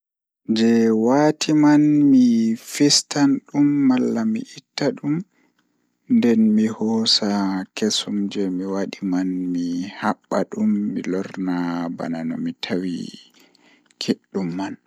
Jei waati man mi fistan dum malla mi itta dum ndenmi hoosa kesum jei wadi man mi habba dum mi lorna bano mi tawi kiddum man.